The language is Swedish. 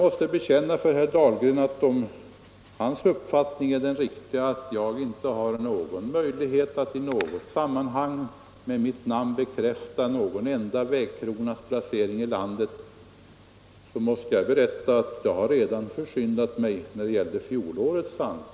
Om herr Dahlgrens uppfattning — att jag inte har möjlighet att i något sammanhang med mitt namn bekräfta vart en enda vägkrona här i landet skall gå — vore riktig, så vill jag tala om att jag redan har försyndat mig vad beträffar fjolårets anslag.